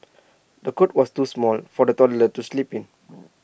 the cot was too small for the toddler to sleep in